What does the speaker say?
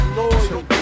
loyal